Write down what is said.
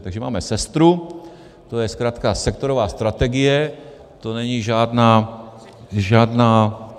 Takže máme Sestru, to je zkratka Sektorová strategie, to není žádná...